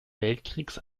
weltkriegs